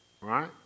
right